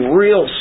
real